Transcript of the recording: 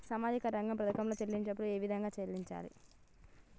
సామాజిక రంగ పథకాలలో చెల్లింపులు ఏ విధంగా చేయాలి?